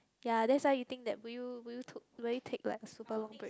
ya that's why you think that would you would you took will you take like a super long break